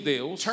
Deus